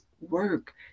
work